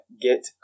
get